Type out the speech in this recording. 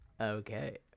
Okay